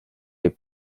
les